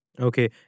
Okay